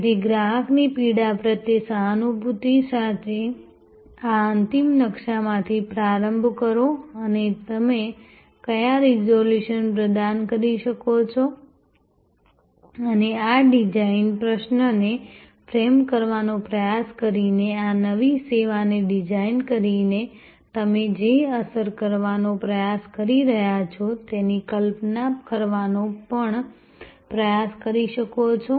તેથી ગ્રાહકની પીડા પ્રત્યે સહાનુભૂતિ સાથે આ અંતિમ નકશાથી પ્રારંભ કરો અને તમે કયા રિઝોલ્યુશન પ્રદાન કરી શકો છો અને આ ડિઝાઇન પ્રશ્નને ફ્રેમ કરવાનો પ્રયાસ કરીને આ નવી સેવાને ડિઝાઇન કરીને તમે જે અસર કરવાનો પ્રયાસ કરી રહ્યાં છો તેની કલ્પના કરવાનો પણ પ્રયાસ કરી શકો છો